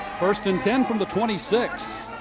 first and ten from the twenty six.